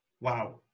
Wow